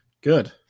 Good